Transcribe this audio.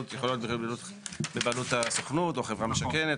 הן יכולות להיות בבעלות הסוכנות או חברה משקמת,